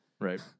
Right